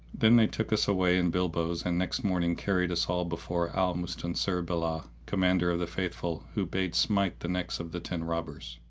then they took us away in bilbos and next morning carried us all before al mustansir bi'llah, commander of the faithful, who bade smite the necks of the ten robbers.